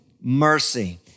mercy